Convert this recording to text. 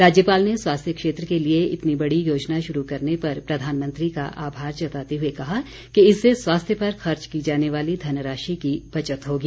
राज्यपाल ने स्वास्थ्य क्षेत्र के लिए इतनी बड़ी योजना शुरू करने पर प्रधानमंत्री का आभार जताते हुए कहा कि इससे स्वास्थ्य पर खर्च की जाने वाली धनराशि की बचत होगी